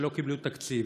שלא קיבלו תקציב,